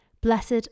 Blessed